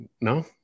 No